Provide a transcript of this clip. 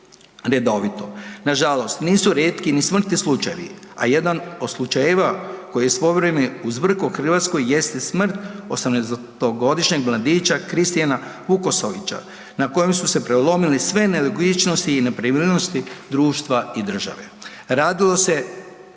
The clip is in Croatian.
redovito. Nažalost, nisu rijetki ni smrtni slučajevi, a jedan od slučajeva koji je svojevremeno uzburko Hrvatsku jeste smrt 18. godišnjeg mladića Kristijana Vukasovića na kojem su se prelomile sve nelogičnosti i nepravilnosti društva i države. Radilo se